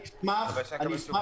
אני אשמח.